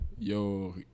Yo